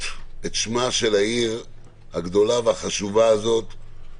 את שמה של העיר הגדולה והחשובה הזאת,